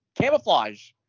Camouflage